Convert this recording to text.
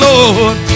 Lord